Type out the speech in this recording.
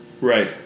right